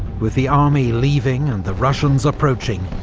with the army leaving and the russians approaching,